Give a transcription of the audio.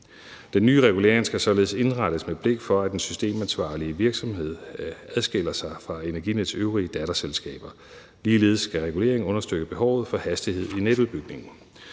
Den nye regulering skal således indrettes, med blik for at den systemansvarlige virksomhed adskiller sig fra Energinets øvrige datterselskaber. Ligeledes skal reguleringen understøtte behovet for hastighed i netudbygningen.